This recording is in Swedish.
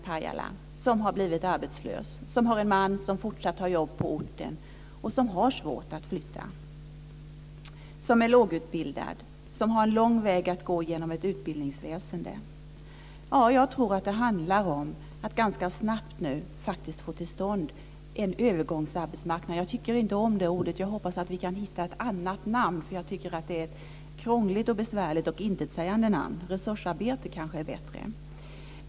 Pajala som har blivit arbetslös, som har en man som fortsatt har jobb på orten, som har svårt att flytta, som är lågutbildad och har lång väg att gå genom ett utbildningsväsende? Jag tror att det handlar om att ganska snabbt få till stånd en övergångsarbetsmarknad. Jag tycker inte om det ordet, och jag hoppas att vi kan hitta ett annat namn. Det är ett krångligt, besvärligt och intetsägande namn. Resursarbete kanske är bättre.